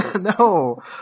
No